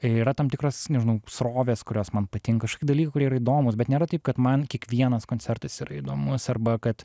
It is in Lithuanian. yra tam tikros nežinau srovės kurios man patinka kažkokie dalykai kurie yra įdomūs bet nėra taip kad man kiekvienas koncertas yra įdomus arba kad